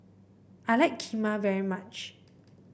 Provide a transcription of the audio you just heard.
I like Kheema very much